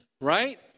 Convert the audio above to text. right